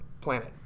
planet